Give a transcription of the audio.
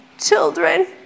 Children